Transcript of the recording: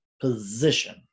position